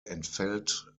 entfällt